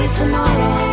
tomorrow